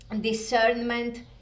discernment